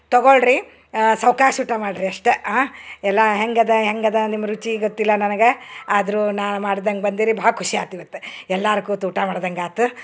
ತಗೊಳ್ರಿ ಸವ್ಕಾಶ ಊಟ ಮಾಡ್ರಿ ಅಷ್ಟೆ ಎಲ್ಲಾ ಹೇಗದ ಹೇಗದ ನಿಮ್ಮ ರುಚಿ ಗೊತ್ತಿಲ್ಲ ನನಗೆ ಆದರೂ ನಾನು ಮಾಡ್ದಂಗೆ ಬಂದಿರಿ ಭಾಳ ಖುಷಿ ಆತು ಇವತ್ತು ಎಲ್ಲಾರು ಕೂತು ಊಟ ಮಾಡ್ದಂಗಾತು